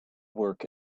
work